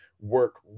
work